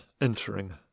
entering